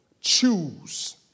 choose